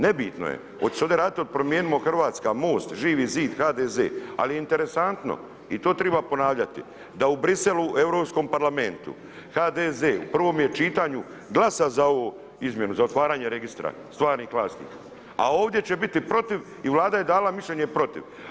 Nebitno je hoće li se ovdje raditi o Promijenimo Hrvatska, Most, Živi zid, HDZ, ali je interesantno i to treba ponavljati da u Bruxellesu u Europskom parlamentu HDZ u prvom je čitanju glasao za ovu izmjenu za otvaranje registra stvarnih vlasnika, a ovdje će biti protiv i Vlada je dala mišljenje protiv.